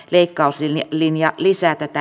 leikkausin linjan lisää tätä